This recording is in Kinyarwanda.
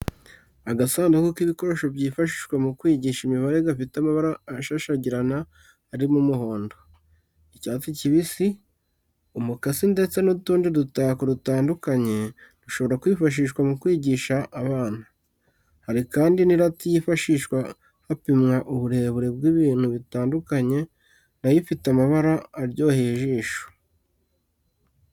Agasanduku k'ibikoresho byifashishwa mu kwigisha imibare gafite amabara ashashagirana arimo umuhondo, icyatsi kibisi, umukasi ndetse n'utundi dutako dutandukanye dushobora kwifashishwa mu kwigisha abana. Hari kandi n'irati yifashishwa hapimwa uburebure bw'ibintu bitandukanye na yo ifite amabara aryoheye ijisho.